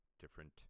different